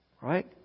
Right